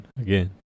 Again